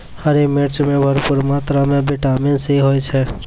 हरी मिर्च मॅ भरपूर मात्रा म विटामिन सी होय छै